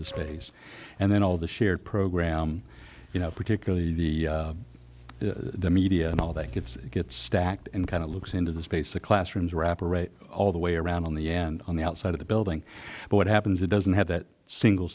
the space and then all of the shared program you know particularly the media and all they could get stacked and kind of looks into the space the classrooms wrapper all the way around on the end on the outside of the building but what happens it doesn't have that single